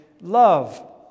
love